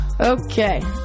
Okay